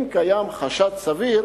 אם קיים חשד סביר